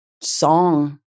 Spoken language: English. song